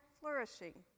flourishing